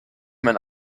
mein